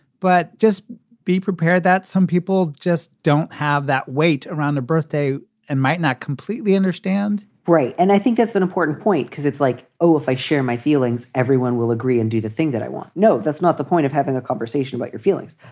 but just be prepared that some people just don't have that weight around the birthday and might not. completely understand right. and i think that's an important point because it's like, like, oh, if i share my feelings. everyone will agree and do the thing that i want. no, that's not the point of having a conversation about your feelings.